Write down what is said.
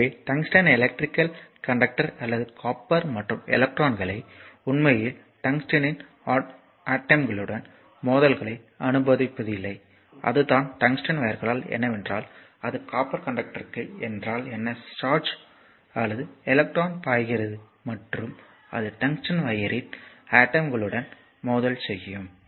எனவே tungsten electrical conductor அல்லது copper மற்றும் எலக்ட்ரான்கள் உண்மையில் டங்ஸ்டனின் ஆடோம்களுடன் மோதல்களை அனுபவிப்பதில்லை அதுதான் டங்ஸ்டன் வையர்கள் ஏனென்றால் அது காப்பர் கண்டக்டர்க்கு என்றால் என்ன சார்ஜ் சார்ஜ் அல்லது எலக்ட்ரான் பாய்கிறது மற்றும் அது டங்ஸ்டன் வையரியின் ஆடோம்களுடன் மோதல் செய்யும்